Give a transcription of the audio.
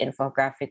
infographic